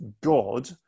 God